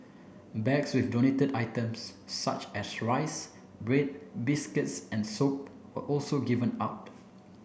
bags with donated items such as rice bread biscuits and soap were also given out